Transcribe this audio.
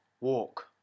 walk